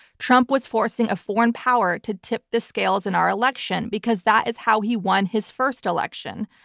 trump was forcing a foreign power to tip the scales in our election because that is how he won his first election.